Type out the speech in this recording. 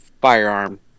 firearm